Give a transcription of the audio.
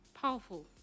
powerful